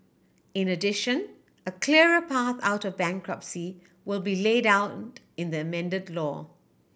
in addition a clearer path out of bankruptcy will be laid out in the amended law